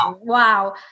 wow